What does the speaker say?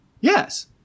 Yes